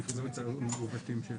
הנושא עדיין במו"מ.